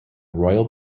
royal